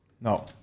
No